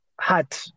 hat